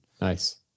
Nice